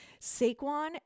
Saquon